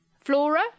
Flora